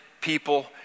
people